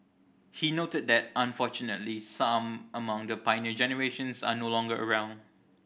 he noted that unfortunately some among the Pioneer Generation are no longer around